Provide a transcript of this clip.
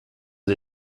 aux